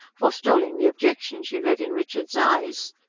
forestalling the objection she read in richard's eyes.